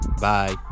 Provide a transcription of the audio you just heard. bye